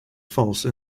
false